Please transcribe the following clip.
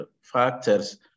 factors